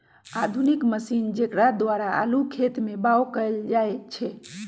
आधुनिक मशीन जेकरा द्वारा आलू खेत में बाओ कएल जाए छै